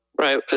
right